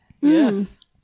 Yes